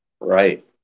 right